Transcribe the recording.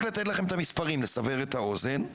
רק לתת לכם את המספרים לסבר את האוזן.